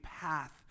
path